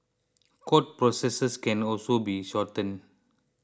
court processes can also be shortened